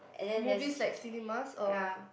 movies like cinemas oh